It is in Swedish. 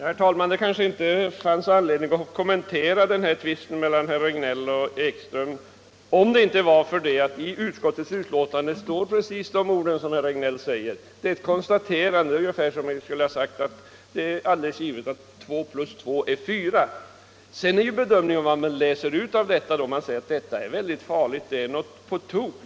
Herr talman! Det hade kanske inte funnits anledning att kommentera tvisten mellan herr Regnéll och herr Ekström, om det inte hade varit för att det i utskottets betänkande står precis de ord som herr Regnéll här citerade. Det är ett konstaterande, ungefär som man säger att det är alldeles givet att 2+2 är 4. Sedan beror det naturligtvis på vilken bedömning man gör - om man läser ut att detta är någonting väldigt farligt och alldeles på tok.